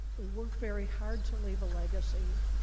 we worked very hard to leave a legacy.